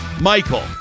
Michael